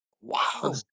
Wow